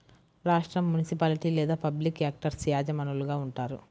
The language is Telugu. రాష్ట్రం, మునిసిపాలిటీ లేదా పబ్లిక్ యాక్టర్స్ యజమానులుగా ఉంటారు